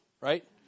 right